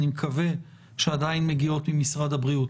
אני מקווה שעדיין מגיעות ממשרד הבריאות.